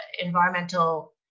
environmental